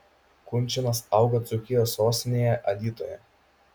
kunčinas augo dzūkijos sostinėje alytuje